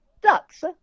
ducks